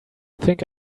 think